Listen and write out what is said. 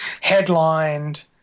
headlined